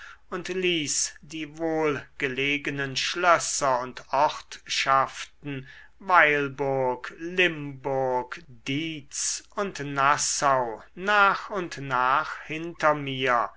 und ließ die wohlgelegenen schlösser und ortschaften weilburg limburg diez und nassau nach und nach hinter mir